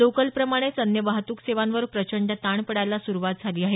लोकलप्रमाणेच अन्य वाहतूक सेवांवर प्रचंड ताण पडायला सुरुवात झाली आहे